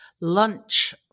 lunch